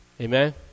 Amen